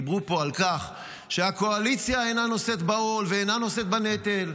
דיברו פה על כך שהקואליציה אינה נושאת בעול ואינה נושאת בנטל,